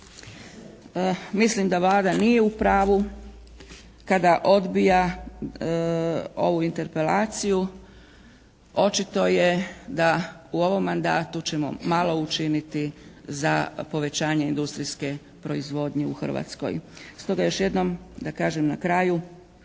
mislim da Vlada nije u pravu kada odbija ovu interpelaciju. Očito je da u ovom mandatu ćemo malo učiniti za povećanje industrijske proizvodnje u Hrvatskoj. Stoga još jednom, da kažem na kraju,